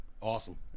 awesome